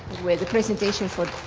with a presentation from